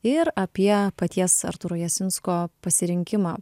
ir apie paties artūro jasinsko pasirinkimą